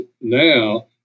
now